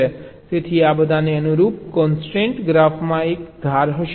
તેથી આ બધાને અનુરૂપ કોન્સ્ટ્રેન્ટ ગ્રાફમાં એક ધાર હશે